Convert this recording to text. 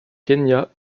kenya